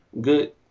good